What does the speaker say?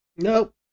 Nope